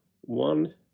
One